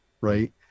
right